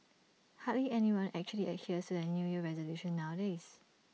hardly anyone actually adheres their New Year resolutions nowadays